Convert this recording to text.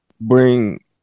bring